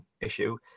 issue